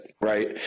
Right